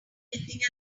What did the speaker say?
building